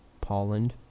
Poland